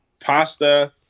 pasta